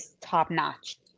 top-notch